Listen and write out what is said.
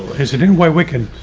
is it any way we can?